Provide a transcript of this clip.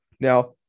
Now